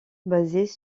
basés